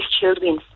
children